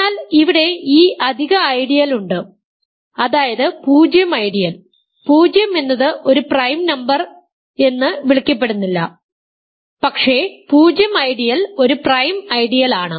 എന്നാൽ ഇവിടെ ഈ അധിക ഐഡിയൽ ഉണ്ട് അതായത് 0 ഐഡിയൽ 0 എന്നത് ഒരു പ്രൈം നമ്പർ എന്ന് വിളിക്കപ്പെടുന്നില്ല പക്ഷേ 0 ഐഡിയൽ ഒരു പ്രൈം ഐഡിയൽ ആണ്